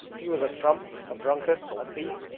he was a trump, a drunkard, a thief,